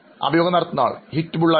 അഭിമുഖം നടത്തുന്നയാൾ 'ഹിറ്റ്ബുൾഐ